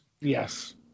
Yes